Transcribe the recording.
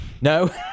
no